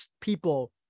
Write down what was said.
people